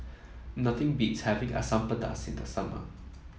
nothing beats having Asam Pedas in the summer